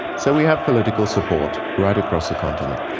so we have political support right across the continent.